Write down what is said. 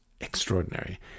extraordinary